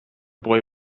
boy